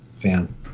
fan